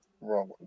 wrong